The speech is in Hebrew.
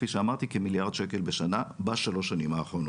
כפי שאמרתי כמיליארד שקל בשנה בשלוש שנים האחרונות.